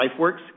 LifeWorks